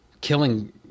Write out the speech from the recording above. killing